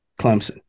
Clemson